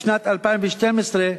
בשנת 2012,